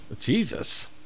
Jesus